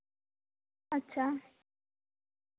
ᱟᱪᱪᱷᱟ